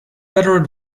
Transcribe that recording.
better